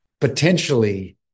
potentially